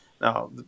now